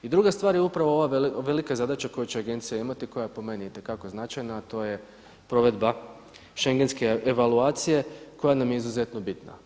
I druga stvar je upravo ova velika zadaća koju će agencija imati, koja je po meni itekako značajna a to je provedba šengenske evaluacije koja nam je izuzetno bitna.